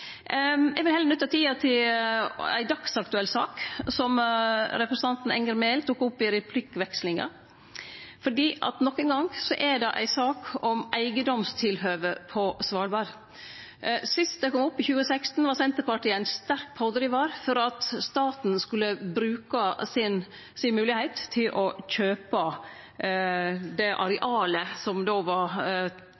Eg vil heller nytte tida til ei dagsaktuell sak som representanten Enger Mehl tok opp i replikkvekslinga, for nok ein gong er det ei sak om eigedomstilhøve på Svalbard. Sist dette kom opp, i 2016, var Senterpartiet ein sterk pådrivar for at staten skulle bruke moglegheita til å kjøpe det